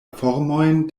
formojn